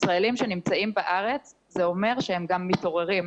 ישראלים שנמצאים בארץ זה אומר שהם גם מתעוררים.